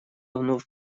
вновь